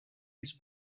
its